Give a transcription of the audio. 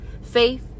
faith